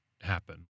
happen